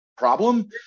problem